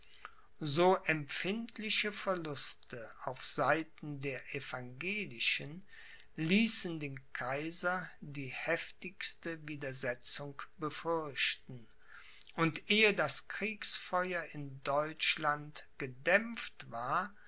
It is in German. so empfindliche verluste auf seiten der evangelischen ließen den kaiser die heftigste widersetzung befürchten und ehe das kriegsfeuer in deutschland gedämpft war